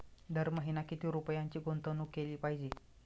दर महिना किती रुपयांची गुंतवणूक केली पाहिजे?